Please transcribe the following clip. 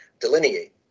delineate